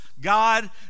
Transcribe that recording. God